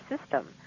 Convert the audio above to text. system